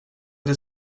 det